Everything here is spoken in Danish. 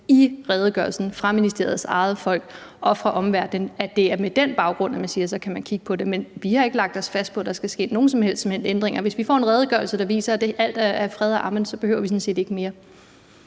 den baggrund, at ministeriets egne folk og omverdenen siger, at man kan kigge på det. Vi har ikke lagt os fast på, at der skal ske nogen som helst ændringer. Hvis vi får en redegørelse, der viser, at alt er fryd og gammen, så behøver vi sådan set ikke mere.